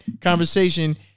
Conversation